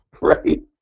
right